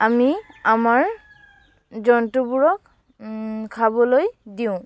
আনি আমাৰ জন্তুবোৰক খাবলৈ দিওঁ